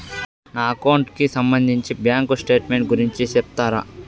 నా అకౌంట్ కి సంబంధించి బ్యాంకు స్టేట్మెంట్ గురించి సెప్తారా